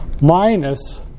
minus